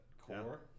core